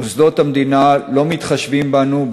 מוסדות המדינה לא מתחשבים בנו,